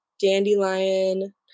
dandelion